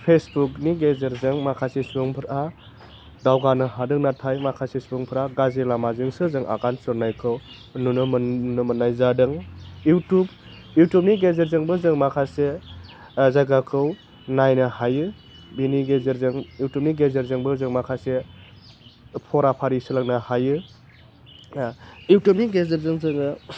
फेसबुकनि गेजेरजों माखासे सुबुंफोरा दावगानो हादों नाथाय माखासे सुबुंफोरा गाज्रि लामाजोंसो जों आगान सुरनायखौ नुनो मोन नुनो मोननाय जादों इउटिउब इउटिउबनि गेजेरजोंबो जों माखासे जायगाखौ नायनो हायो बिनि गेजेरजों इउटिउबनि गेजेरजोंबो जों माखासे फरा फारि सोलोंनो हायो इयटिउबनि गेजेरजों जोङो